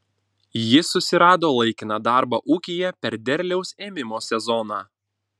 jis susirado laikiną darbą ūkyje per derliaus ėmimo sezoną